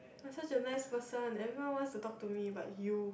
I am such a nice person everyone wants to talk to me but you